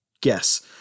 guess